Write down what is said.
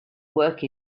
work